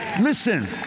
Listen